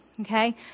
okay